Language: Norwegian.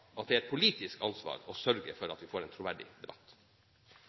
at det er et politisk ansvar å sørge for at vi får en troverdig debatt.